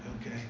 Okay